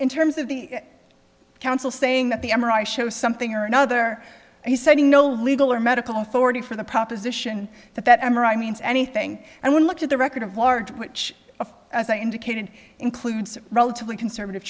in terms of the council saying that the m r i shows something or another he said he no legal or medical authority for the proposition that that m r i means anything and when looked at the record of large which a as i indicated includes relatively conservative